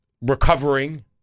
recovering